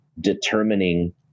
determining